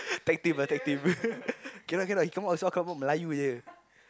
tag team ah tag team cannot cannot he come out also come out melayu